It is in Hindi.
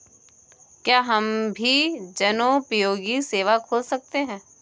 क्या हम भी जनोपयोगी सेवा खोल सकते हैं?